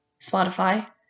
Spotify